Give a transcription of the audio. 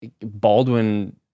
Baldwin